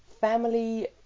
family